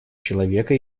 человека